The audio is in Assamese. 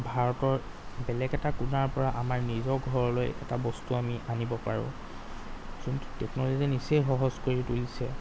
ভাৰতৰ বেলেগ এটা কোণাৰ পৰা আমাৰ নিজৰ ঘৰলৈ এটা বস্তু আমি আনিব পাৰোঁ যোনটো টেকনলজিয়ে নিচেই সহজ কৰি তুলিছে